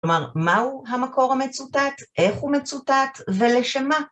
כלומר, מהו המקור המצוטט, איך הוא מצוטט ולשם מה.